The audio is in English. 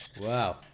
Wow